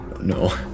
No